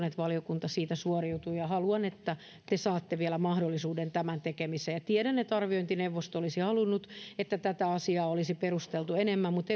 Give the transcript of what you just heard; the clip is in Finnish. että valiokunta siitä suoriutuu ja haluan että te saatte vielä mahdollisuuden tämän tekemiseen tiedän että arviointineuvosto olisi halunnut että tätä asiaa olisi perusteltu enemmän mutta